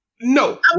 No